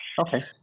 Okay